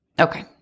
Okay